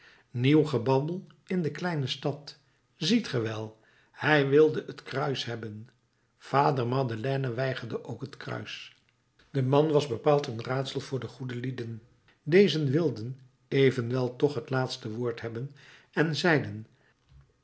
nieuw gebabbel in de kleine stad ziet ge wel hij wilde het kruis hebben vader madeleine weigerde ook het kruis de man was bepaald een raadsel voor de goede lieden dezen wilden evenwel toch het laatste woord hebben en zeiden